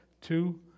two